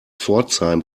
pforzheim